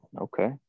okay